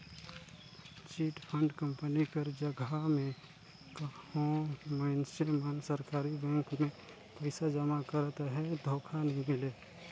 chit fund company कर जगहा में कहों मइनसे मन सरकारी बेंक में पइसा जमा करत अहें धोखा नी मिले